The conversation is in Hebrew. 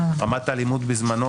רמת האלימות בזמנו,